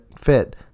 fit